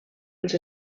els